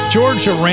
Georgia